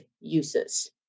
uses